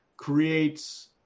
creates